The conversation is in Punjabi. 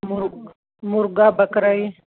ਮੁਰਗਾ ਮੁਰਗਾ ਬੱਕਰਾ ਜੀ